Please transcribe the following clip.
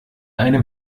einem